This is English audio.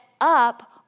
up